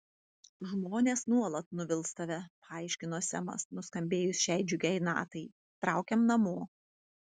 žmonės nuolat nuvils tave paaiškino semas nuskambėjus šiai džiugiai natai traukiam namo